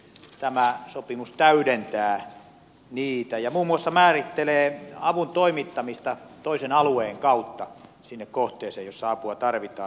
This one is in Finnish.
tämä sopimus täydentää niitä ja muun muassa määrittelee avun toimittamista toisen alueen kautta sinne kohteeseen jossa apua tarvitaan